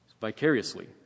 vicariously